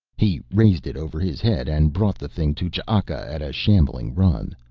he raised it over his head and brought the thing to ch'aka at a shambling run.